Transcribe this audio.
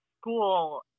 school